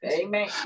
Amen